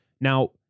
Now